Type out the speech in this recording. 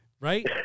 right